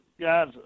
Guys